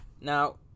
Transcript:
Now